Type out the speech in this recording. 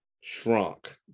shrunk